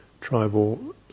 tribal